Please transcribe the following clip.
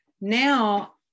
Now